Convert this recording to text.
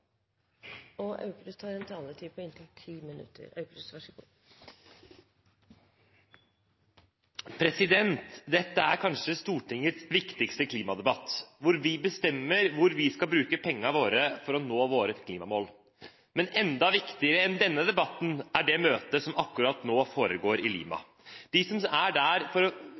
bestemmer hvor vi skal bruke pengene våre for å nå våre klimamål. Men enda viktigere enn denne debatten er det møtet som akkurat nå foregår i Lima, og de som er der for å